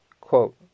Quote